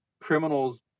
criminals